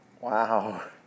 Wow